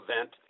event